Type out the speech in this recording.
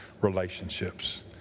relationships